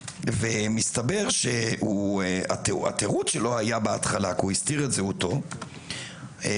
ומסתבר שהתירוץ שלו - כי הוא הסתיר את זהותו - התירוץ